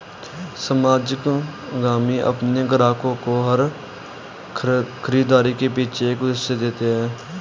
सामाजिक उद्यमी अपने ग्राहकों को हर खरीदारी के पीछे एक उद्देश्य देते हैं